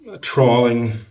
trawling